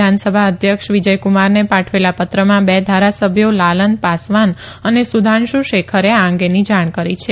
વિધાનસભા અધ્યક્ષ વિજયક્મારને પાઠવેલા પત્રમાં બે ધારાસભ્યો લાલન પાસવાન અને સુધાંશુ શેખરે આ અંગેની જાણ કરી છે